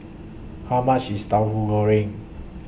How much IS Tauhu Goreng